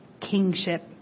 kingship